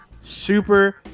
Super